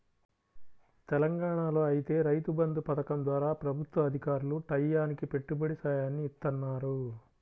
తెలంగాణాలో ఐతే రైతు బంధు పథకం ద్వారా ప్రభుత్వ అధికారులు టైయ్యానికి పెట్టుబడి సాయాన్ని ఇత్తన్నారు